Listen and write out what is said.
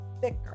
thicker